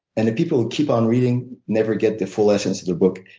and the people who keep on reading never get the full essence of the book.